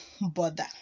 bother